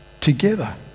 together